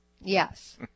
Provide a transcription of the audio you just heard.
Yes